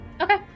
okay